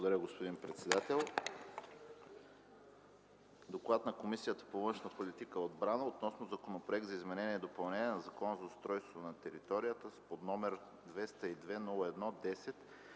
Благодаря, господин председател. „ДОКЛАД на Комисията по външна политика и отбрана относно Законопроект за изменение и допълнение на Закона за устройство на територията, № 202-01-10,